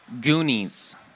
Goonies